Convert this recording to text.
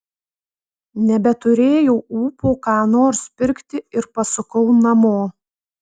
nebeturėjau ūpo ką nors pirkti ir pasukau namo